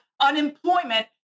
unemployment